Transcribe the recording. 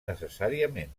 necessàriament